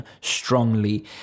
strongly